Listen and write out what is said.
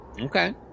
Okay